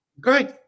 Great